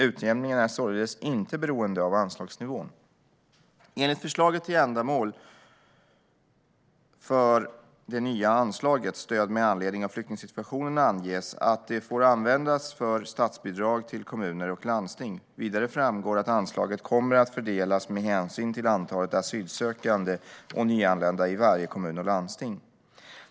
Utjämningen är således inte beroende av anslagsnivån. Enligt förslaget till ändamål för det nya anslaget Stöd med anledning av flyktingsituationen anges att det får användas för statsbidrag till kommuner och landsting. Vidare framgår att anslaget kommer att fördelas med hänsyn till antalet asylsökande och nyanlända i varje kommun och landsting.